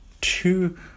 two